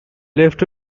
left